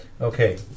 Okay